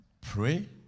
pray